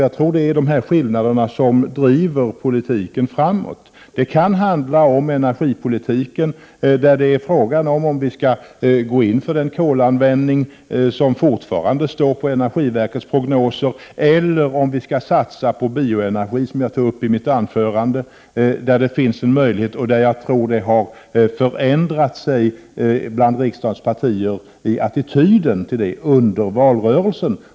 Jag tror nämligen att det är dessa som driver politiken framåt. Det kan handla om energipolitiken, där det är fråga om huruvida vi skall gå in för den kolanvändning som fortfarande står på energiverkets prognoser, eller om vi — som jag tog upp i mitt huvudanförande — skall satsa på bioenergi, där det finns en möjlighet och där jag tror att attityden hos riksdagspartierna har förändrats under valrörelsen.